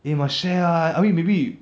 eh must share lah I mean maybe